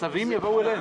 הצווים יבואו אלינו.